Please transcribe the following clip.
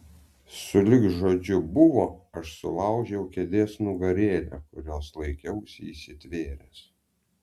sulig žodžiu buvo aš sulaužiau kėdės nugarėlę kurios laikiausi įsitvėręs